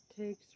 takes